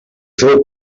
féu